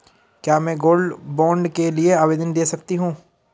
क्या मैं gold bond के लिए आवेदन दे सकती हूँ?